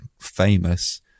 famous